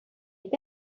est